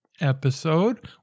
episode